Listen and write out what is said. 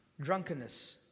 drunkenness